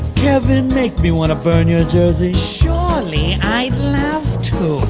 kevin, make me wanna burn your jersey. surely, i'd love to